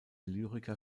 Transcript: lyriker